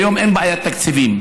כיום אין בעיית תקציבים,